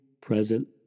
present